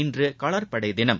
இன்று காலாட்படை தினம்